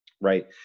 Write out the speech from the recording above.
Right